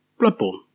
Bloodborne